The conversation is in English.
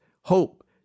hope